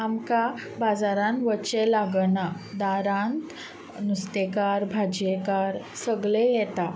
आमकां बाजारांत वच्चें लागना दारांत नुस्तेकार भाजयेकार सगले येता